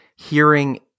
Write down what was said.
hearing